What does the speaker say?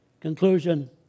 Conclusion